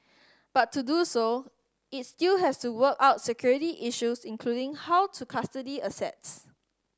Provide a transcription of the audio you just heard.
but to do so it still has to work out security issues including how to custody assets